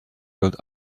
rolled